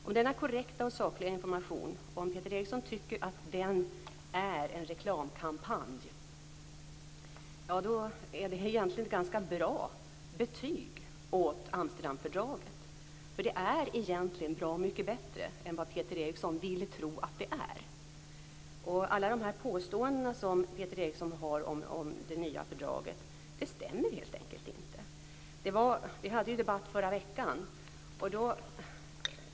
Om Peter Eriksson tycker att denna korrekta och sakliga information är en reklamkampanj, är det egentligen ett ganska bra betyg åt Amsterdamfördraget. Det är egentligen bra mycket bättre än vad Peter Eriksson vill tro att det är. Alla de påståenden Peter Eriksson gör om det nya fördraget stämmer helt enkelt inte. Det var en debatt i förra veckan.